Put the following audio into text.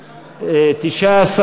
19,